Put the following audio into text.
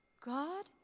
God